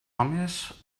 homes